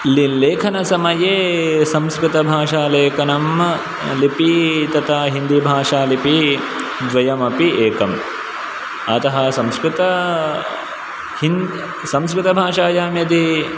लेखन समये संस्कृतभाषालेखनं लिपि तथा हिन्दिभाषालिपि द्वयमपि एकं अतः संस्कृत हिन् संस्कृतभाषायां यदि